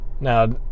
Now